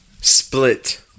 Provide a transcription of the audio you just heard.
Split